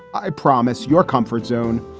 i promise your comfort zone.